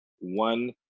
one